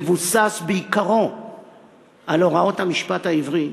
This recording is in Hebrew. מבוסס בעיקרו על הוראות המשפט העברי.